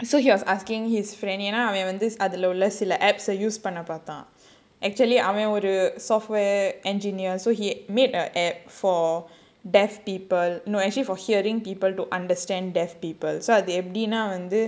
so he was asking his friend ஏனா அவன் வந்து அதுல உள்ள சில:yaenaa avan vandhu adhula ulla sila apps ah use பண்ண பார்த்தான்:panna paarthaan actually அவன் ஒரு:avan oru software engineer so he made a app for deaf people no actually for hearing people to understand deaf people அது எப்படின்னா வந்து:avan eppadinaa vanthu